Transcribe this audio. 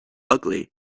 ugly